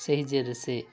ସେହି ଜେଲ୍ରେ ସେ